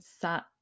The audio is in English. sat